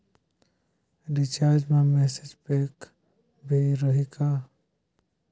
Recharge मा message pack भी रही का?